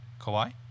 Kawhi